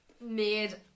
made